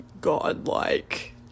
godlike